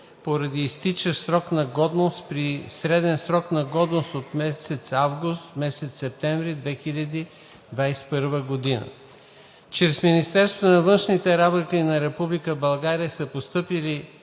поради изтичащ срок на годност при среден срок на годност месец август – месец септември 2021 г. Чрез Министерството на външните работи на Република България са постъпили